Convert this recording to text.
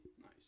Nice